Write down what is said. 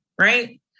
Right